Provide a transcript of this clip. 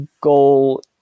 goal